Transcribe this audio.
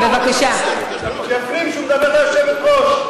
בבקשה, סגן שר האוצר.